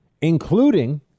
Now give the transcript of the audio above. including